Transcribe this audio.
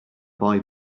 boy